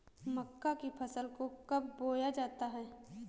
मक्का की फसल को कब बोया जाता है?